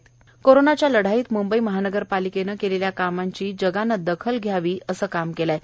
मावळा कोरोनाच्या लढाईत मुंबई महानगरपालिकेने केलेल्या कामांची जगानं दखल घ्यावी असं काम केलं आहे